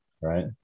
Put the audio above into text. right